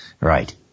right